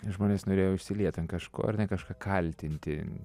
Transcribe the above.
žmonės norėjo išsilieti ant kažko ar ne kažką kaltinti